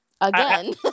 again